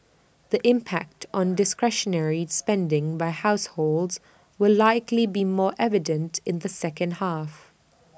the impact on discretionary spending by households will likely be more evident in the second half